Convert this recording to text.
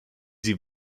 sie